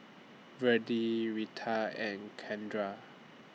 Virdie Retta and Kendra